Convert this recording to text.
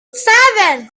seven